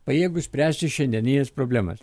pajėgūs spręsti šiandienines problemas